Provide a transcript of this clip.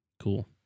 Cool